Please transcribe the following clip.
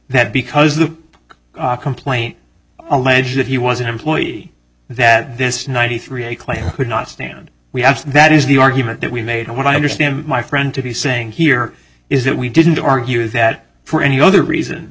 that because the complaint alleges that he was an employee that this ninety three claim could not stand we have that is the argument that we made and what i understand my friend to be saying here is that we didn't argue that for any other reason